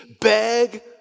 beg